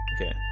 okay